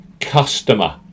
customer